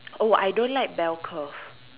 oh I don't like bell curve